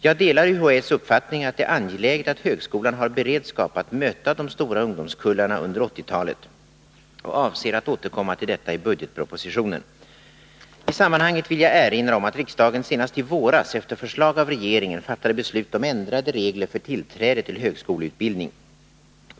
Jag delar UHÄ:s uppfattning att det är angeläget att högskolan har beredskap att möta de stora ungdomskullarna under 80-talet och avser att återkomma till detta i budgetpropositionen. I sammanhanget vill jag erinra om att riksdagen senast i våras efter förslag av regeringen fattade beslut om ändrade regler för tillträde till högskoleutbildning.